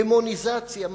דמוניזציה,